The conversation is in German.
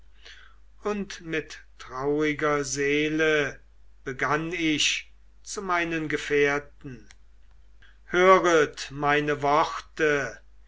und mit trauriger seele begann ich zu meinen gefährten höret meine worte